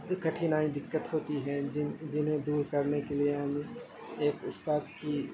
کٹھنائی دقت ہوتی ہیں جن جنہیں دور کرنے کے لیے ہمیں ایک استاد کی